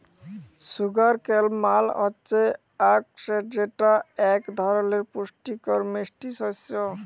sugar cane মাল হচ্যে আখ যেটা এক ধরলের পুষ্টিকর মিষ্টি শস্য